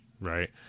Right